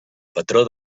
patró